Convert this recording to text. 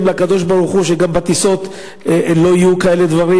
לקדוש-ברוך-הוא שגם בטיסות לא יהיו כאלה דברים,